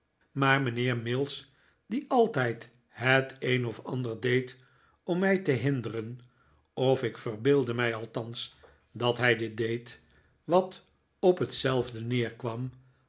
maar mijnheer mills die altijd het een of ander deed om mij te hinderen of ik verbeeldde mij althans dat hij dit deed wat op hetzelfde rieerkwam